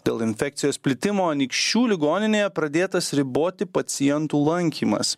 dėl infekcijos plitimo anykščių ligoninėje pradėtas riboti pacientų lankymas